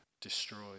destroyed